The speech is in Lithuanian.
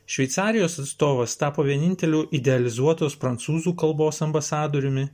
šveicarijos atstovas tapo vieninteliu idealizuotos prancūzų kalbos ambasadoriumi